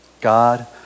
God